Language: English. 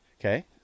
Okay